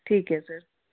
ਠੀਕ ਹੈ ਸਰ